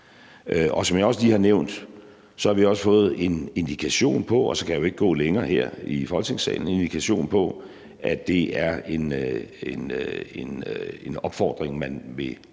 Som jeg også lige har nævnt, har vi også fået en indikation på – og så kan jeg jo ikke gå længere her i Folketingssalen – at det er en opfordring, man vil tage